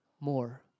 more